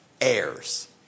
heirs